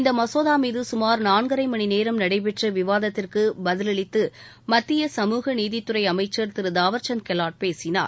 இந்த மசோதா மீது கமார் நான்கரை மணிநேரம் நடைபெற்ற விவாதத்திற்கு பதிலளித்து மத்திய சமுகநீதித்துறை அமைச்சர் திரு தாவர்சந்த் கெலாட் பேசினார்